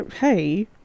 hey